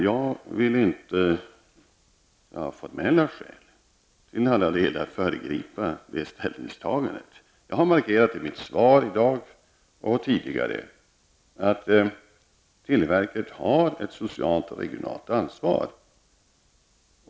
Jag vill inte av formella skäl föregripa det ställningstagandet. Jag har markerat i mitt svar i dag, och tidigare, att televerket har ett socialt och regionalt ansvar.